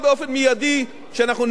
שאנחנו נעמוד ביעד הגירעון.